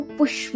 push